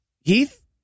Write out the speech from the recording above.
Heath